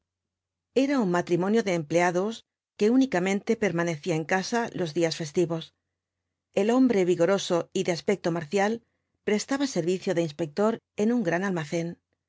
era un matri v blasco xbáñbz monio de empleados que únicamente permanecía en casa los días festivos el hombre vigoroso y de aspecto marcial prestaba servicio de inspector en un gran almacén